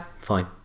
fine